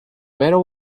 medal